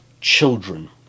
children